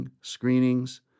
screenings